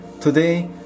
Today